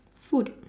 food